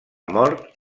mort